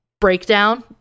breakdown